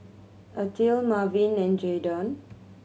Ethyle Marvin and Jaydon